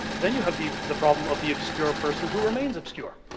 then, you have the the problem of the obscure person who remains obscure.